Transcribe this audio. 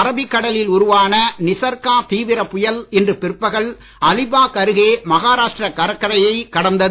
Arabic கடலில் உருவான நிசர்கா தீவிரப் புயல் இன்று பிற்பகல் அலிபாக் அருகே மகாராஷ்டிர கடற்கரையை கடந்தது